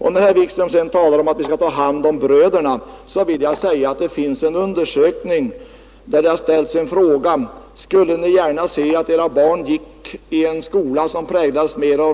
När herr Wikström sade att vi skall ta hand om bröderna, vill jag säga att det gjorts en undersökning där den här frågan ställts: Skulle Ni gärna se att Era barn gick i en skola som präglades mera